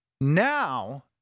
Now